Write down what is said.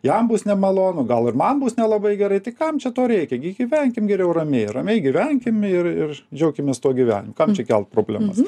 jam bus nemalonu gal ir man bus nelabai gerai tai kam čia to reikia gi gyvenkim geriau ramiai ramiai gyvenkim ir ir džiaukimės tuo gyvenimu kam čia kelt problemas